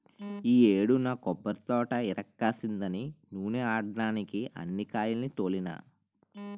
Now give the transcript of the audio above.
ఈ యేడు నా కొబ్బరితోట ఇరక్కాసిందని నూనే ఆడడ్డానికే అన్ని కాయాల్ని తోలినా